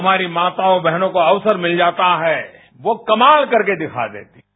हमारी माता बहनों कोअवसर मिल जाता है वो कमाल करके दिखा देती हैँ